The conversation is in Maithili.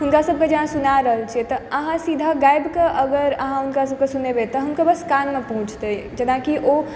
हुनका सबके जे अहाँ सुना रहल छियै तऽ अहाँ सीधा गाबि कऽ अगर अहाँ हुनका सबके सुनेबै तऽ हुनकर बस कानमे पहुँचतै जेनाकि ओ